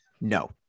No